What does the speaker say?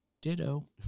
Ditto